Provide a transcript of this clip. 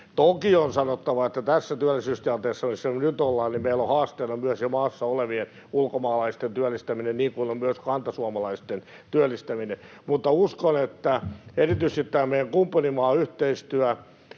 Toki on sanottava, että tässä työllisyystilanteessa, jossa me nyt ollaan, meillä on haasteena myös jo maassa olevien ulkomaalaisten työllistäminen, niin kuin on myös kantasuomalaisten työllistäminen. Mutta uskon, että erityisesti tämä meidän kumppanimaayhteistyö